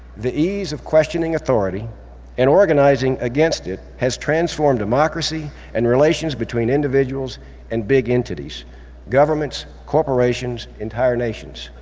the ease of questioning authority and organizing against it, has transformed democracy and relations between individuals and big entities governments, corporations, entire nations.